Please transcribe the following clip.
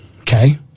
okay